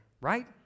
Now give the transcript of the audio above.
right